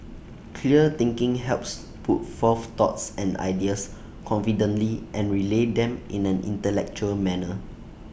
clear thinking helps put forth thoughts and ideas confidently and relay them in an intellectual manner